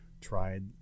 tried